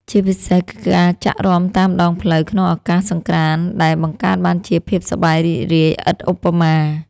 ជាពិសេសគឺការចាក់រាំតាមដងផ្លូវក្នុងឱកាសសង្ក្រាន្តដែលបង្កើតបានជាភាពសប្បាយរីករាយឥតឧបមា។